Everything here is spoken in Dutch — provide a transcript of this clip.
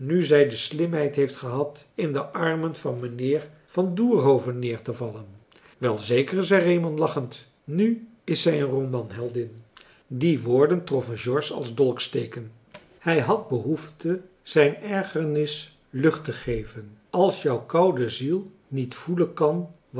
nu zij de slimheid heeft gehad in de armen van mijnheer van doerhoven neertevallen welzeker zeide reeman lachend nu is zij een romanheldin marcellus emants een drietal novellen die woorden troffen george als dolksteken hij had behoefte zijn ergernis luchttegeven als jou koude ziel niet voelen kan